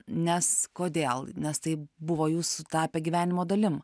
nes kodėl nes tai buvo jūsų tapę gyvenimo dalim